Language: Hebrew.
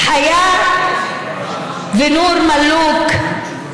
חיאת ונורא מאלוק,